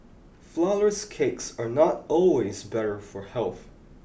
flourless cakes are not always better for health